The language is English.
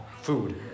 food